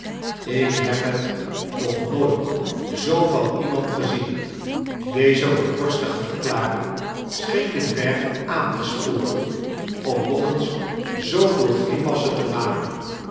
ik heb het nog nooit zoo van iemand gezien deze rondborstige verklaring scheen den dwerg aan te sporen om nog eens zooveel grimassen te maken